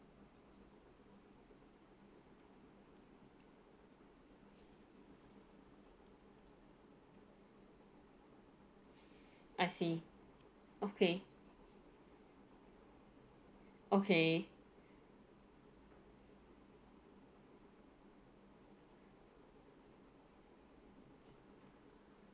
I see okay okay